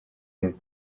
хүн